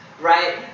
right